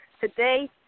today